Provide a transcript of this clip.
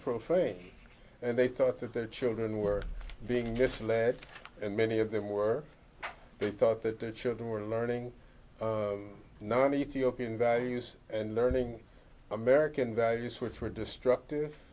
profane and they thought that their children were being just lead and many of them were they thought that their children were learning none ethiopian values and learning american values which were destructive